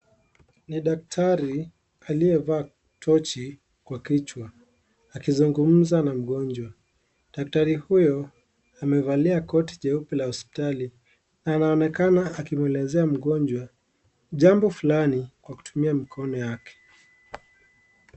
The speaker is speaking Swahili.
Ni daktari, aliyevaa tochi kwa kichwa, akizungumza na mgonjwa. Daktari huyo, amevalia koti jeupe la hospitali na anaonekana akimwelezea mgonjwa, jambo fulani, kwa kutumia mikono yake.